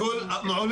הכל ירוק והכל עולה.